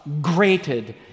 grated